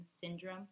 syndrome